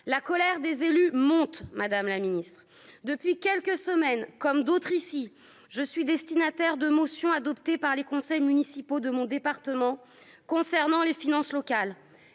la colère des élus montent, Madame la Ministre, depuis quelques semaines, comme d'autres ici je suis destinataire de motion adoptée par les conseils municipaux de mon département concernant les finances locales